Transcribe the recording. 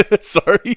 Sorry